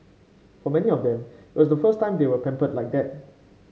for many of them it was the first time they were pampered like that